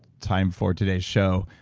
time for today's show.